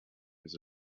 was